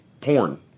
porn